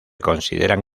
consideran